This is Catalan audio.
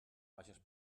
vages